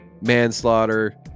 Manslaughter